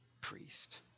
priest